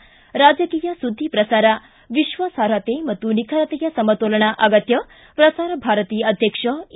ಿ ರಾಜಕೀಯ ಸುದ್ದಿ ಪ್ರಸಾರ ವಿಶ್ವಾಸಾರ್ಹತೆ ಮತ್ತು ನಿಖರತೆಯ ಸಮತೋಲನ ಅಗತ್ಯ ಪ್ರಸಾರ ಭಾರತಿ ಅಧ್ಯಕ್ಷ ಎ